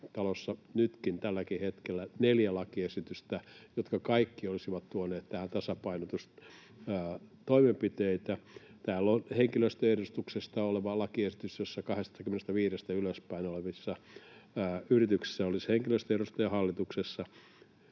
talossa nyt tälläkin hetkellä neljä lakiesitystä, jotka kaikki olisivat tuoneet tähän tasapainotustoimenpiteitä. Täällä on henkilöstön edustuksesta oleva lakiesitys, jossa 25:stä ylöspäin olevissa yrityksissä olisi henkilöstön edustaja hallituksessa,